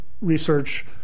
research